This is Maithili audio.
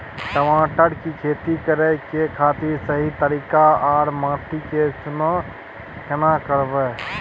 टमाटर की खेती करै के खातिर सही तरीका आर माटी के चुनाव केना करबै?